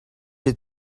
had